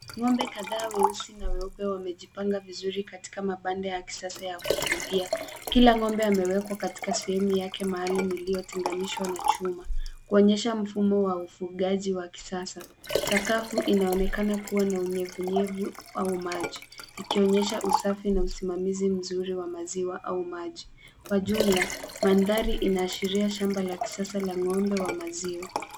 Ng'ombe kadhaa weusi na weupe wamejipanga vizuri katika mabanda ya kisasa ya kufugia. Kila ng'ombe amewekwa katika sehemu yake maalum iliyotenganishwa na chuma, kuonyesha mfumo wa ufugaji wa kisasa. Sakafu inaonekana kuwa na unyevunyevu au maji, ikionyesha usafi na usamizi mzuri wa maziwa au maji. Kwa jumla, mandhari inaashiria shamba la kisasa la ng'ombe wa maziwa.